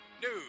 news